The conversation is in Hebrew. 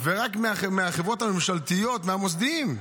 רק מהחברות הממשלתיות, מהמוסדיים,